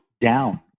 down